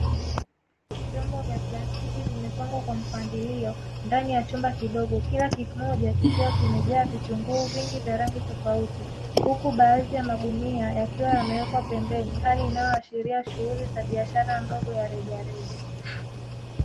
Vyombo vya plastiki vimepangwa kwa mpangilio ndani ya chumba kidogo kila kimoja kikiwa kimejaa vitunguu vingi vya rangi tofauti, huku baadhi ya magunia yakiwa yamewekwa pembeni hali inayoashiria shughuli za biashara ndogo ya rejareja.